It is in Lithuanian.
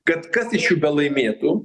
kad kas iš jų belaimėtų